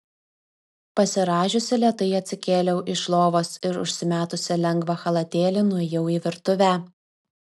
pasirąžiusi lėtai atsikėliau iš lovos ir užsimetusi lengvą chalatėlį nuėjau į virtuvę